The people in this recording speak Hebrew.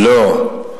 לא.